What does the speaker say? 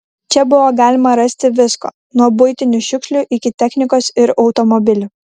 čia buvo galima rasti visko nuo buitinių šiukšlių iki technikos ir automobilių